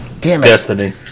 Destiny